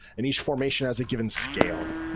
and each formation has a given scale,